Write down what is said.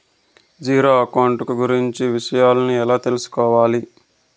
Zero account కు గురించి విషయాలను ఎలా తెలుసుకోవాలి?